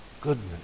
goodness